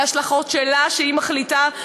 בהשלכות של מה שהיא מחליטה,